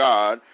God